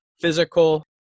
physical